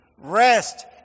Rest